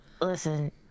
Listen